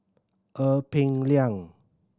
Ee Peng Liang